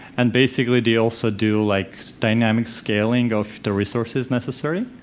and basically they also do like dynamic scaling of the resources necessary.